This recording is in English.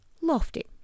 Lofty